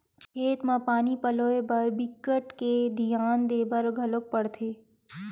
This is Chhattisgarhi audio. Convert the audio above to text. खेत म पानी ल पलोए बर बिकट के धियान देबर घलोक परथे